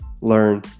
learn